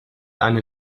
eine